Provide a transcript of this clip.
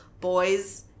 boys